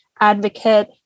advocate